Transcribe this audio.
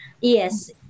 Yes